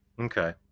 Okay